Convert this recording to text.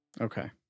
Okay